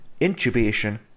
intubation